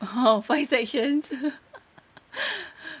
!wow! five sections